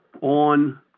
on